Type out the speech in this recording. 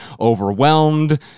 overwhelmed